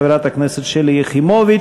חברת הכנסת שלי יחימוביץ.